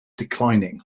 declining